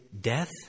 death